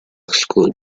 school